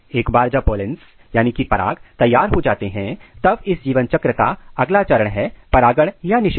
एक बार जब पोलैंस पराग तैयार हो जाते है तब इस जीवन चक्र का अगला चरण है परागण और निषेचन